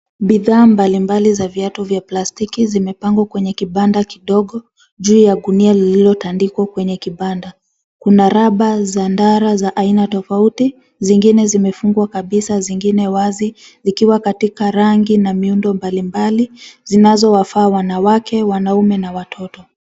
Bidha mbalimbali zenye viatu vya plastiki vimepangwa kwenye kibanda kidogo juu ya gunia lililotandikwa kwenye kibanda. Kuna raba za ndara za aina tofauti, zingine zimefungwa kabisa, zingine wazi, zikiwa katika rangi na miundo mbalimbali zinazowafaa wanawake, wanaume na watoto.